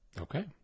Okay